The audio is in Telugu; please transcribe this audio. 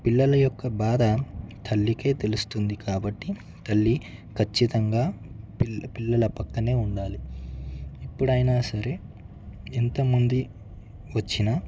పిల్లల యొక్క బాధ తల్లికి తెలుస్తుంది కాబట్టి తల్లి ఖచ్చితంగా పిల్ పిల్లల పక్కనే ఉండాలి ఎప్పుడైనా సరే ఎంతమంది వచ్చినా